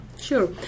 Sure